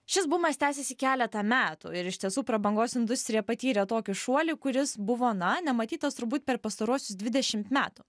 šis bumas tęsėsi keletą metų ir iš tiesų prabangos industrija patyrė tokį šuolį kuris buvo na nematytas turbūt per pastaruosius dvidešimt metų